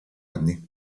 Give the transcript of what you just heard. anni